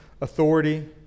authority